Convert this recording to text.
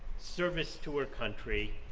service to her country,